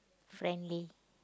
friendly